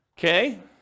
Okay